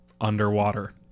underwater